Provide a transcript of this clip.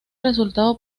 resultado